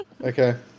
Okay